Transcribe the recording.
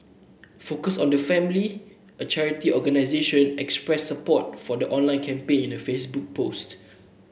focus on the Family a charity organisation expressed support for the online campaign in a Facebook post